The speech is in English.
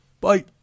bye